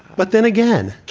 but then again,